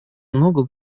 много